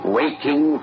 waiting